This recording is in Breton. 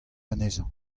anezhañ